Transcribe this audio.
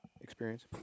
experience